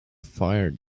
fire